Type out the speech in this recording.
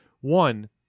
One